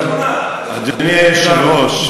אני מציע שטלב יפנה לוועדת האתיקה.